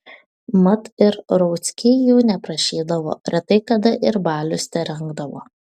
mat ir rauckiai jų neprašydavo retai kada ir balius terengdavo